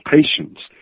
patient's